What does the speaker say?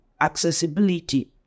accessibility